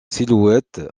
silhouette